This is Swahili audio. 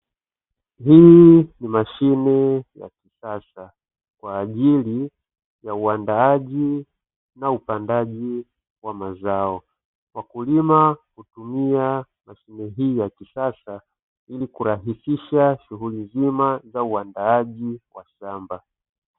Hii ni mashine ya kisasa kwa ajili ya uandaaji na upandaji wa mazao, wakulima hutumia mashine hii ya kisasa ili kurahisisha shughuli zima za uandaaji wa shamba.